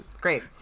great